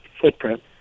footprint